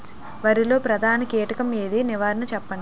వరిలో ప్రధాన కీటకం ఏది? నివారణ చెప్పండి?